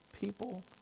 people